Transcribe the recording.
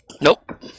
Nope